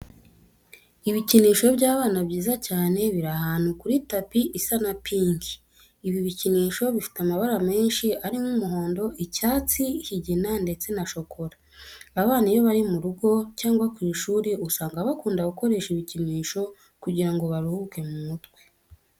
Ibikinisho by'abana byiza cyane biri ahantu kuri tapi isa na pinki. Ibi bikinisho bifite amabara menshi arimo umuhondo, icyatsi, ikigina ndetse na shokora. Abana iyo bari mu rugo cyangwa ku ishuri usanga bakunda gukoresha ibikinisho kugira ngo baruhuke mu mutwe.